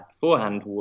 beforehand